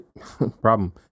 problem